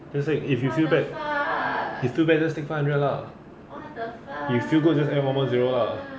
just say if you feel bad if feel bad just take five hundred lah if feel good just add one more zero lah